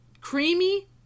creamy